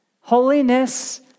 Holiness